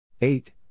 Eight